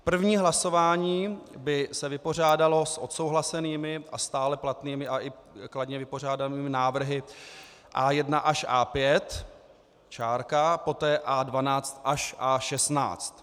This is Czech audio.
První hlasování by se vypořádalo s odsouhlasenými a stále platnými a kladně vypořádanými návrhy A1 až A5, poté A12 až A16.